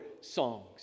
songs